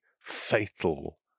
fatal